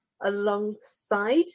alongside